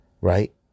right